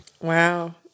Wow